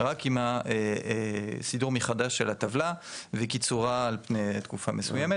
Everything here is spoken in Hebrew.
רק אם הסידור מחדש של הטבלה וקיצורה על פני תקופה מסוימת,